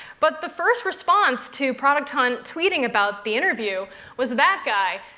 but the first response to product hunt tweeting about the interview was that guy.